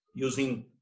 using